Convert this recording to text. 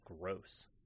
gross